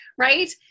right